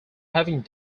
having